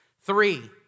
three